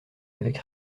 avec